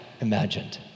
imagined